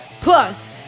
Plus